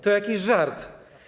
To jakiś żart.